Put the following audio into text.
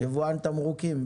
יבואן תמרוקים.